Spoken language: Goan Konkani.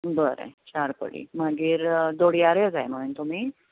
बरें चार पडी मागीर दोडयारे जाय म्हळें नी तुमी